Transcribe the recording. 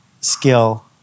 skill